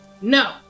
no